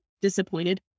disappointed